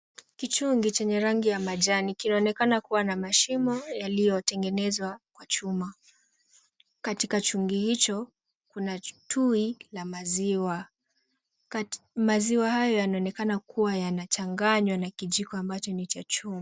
Kichungi chenye rangi ya majani kinaonekana kuwa na mashimo yaliyotengenezwa kwa chuma. Katika chungi hicho kuna chui la maziwa. Maziwa hayo yanaonekana kuwa yanachanganywa na kijiko ambacho ni cha chuma.